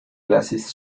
glasses